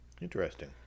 Interesting